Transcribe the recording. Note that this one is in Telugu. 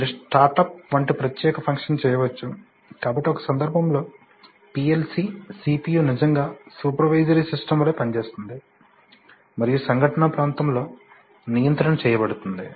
మీరు స్టార్టప్ వంటి ప్రత్యేక ఫంక్షన్ చేయవచ్చు కాబట్టి ఒక సందర్భంలో PLC CPU నిజంగా సూపెర్వైజరీ సిస్టమ్ వలె పనిచేస్తుంది మరియు సంఘటనా ప్రాంతంలో నియంత్రణ చేయబడుతుంది